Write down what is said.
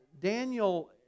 Daniel